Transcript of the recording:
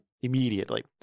immediately